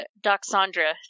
Doxandra